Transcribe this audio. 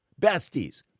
besties